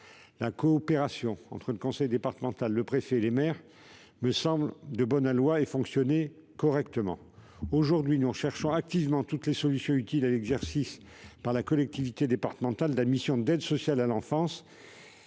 La coopération entre le conseil départemental, le préfet et les maires me semble de bon aloi. Elle fonctionne correctement. Nous recherchons activement aujourd'hui toutes les solutions utiles à l'exercice par la collectivité départementale de la mission d'aide sociale à l'enfance